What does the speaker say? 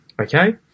Okay